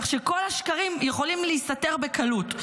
כך שכל השקרים יכולים להיסתר בקלות.